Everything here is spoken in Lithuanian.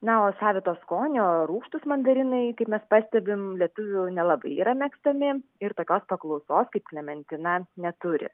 na o savito skonio rūgštūs mandarinai kaip mes pastebim lietuvių nelabai yra mėgstami ir tokios paklausos kaip klementina neturi